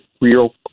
real